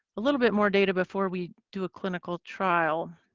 a little bit more data before we do a clinical trial.